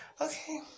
okay